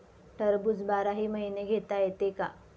टरबूज बाराही महिने घेता येते का?